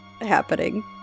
happening